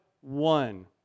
one